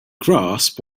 grasp